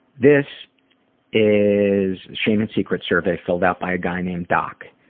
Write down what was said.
this is shame and secrets survey filled out by a guy named doc.